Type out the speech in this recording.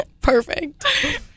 perfect